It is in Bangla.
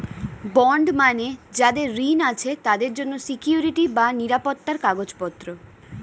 বন্ড মানে যাদের ঋণ আছে তাদের জন্য সিকুইরিটি বা নিরাপত্তার কাগজপত্র